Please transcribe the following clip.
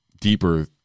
deeper